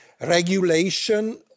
regulation